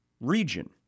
region